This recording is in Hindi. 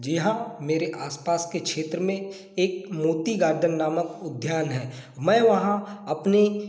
जी हाँ मेरे आस पास के क्षेत्र में एक मोती गार्डन नामक उद्यान है मैं वहाँ अपने